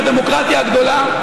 הדמוקרטיה הגדולה,